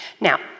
Now